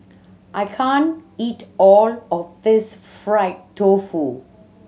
I can't eat all of this fried tofu